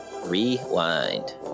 Rewind